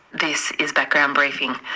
this is background briefing.